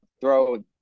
throw